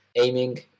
aiming